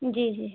जी जी